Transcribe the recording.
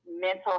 mental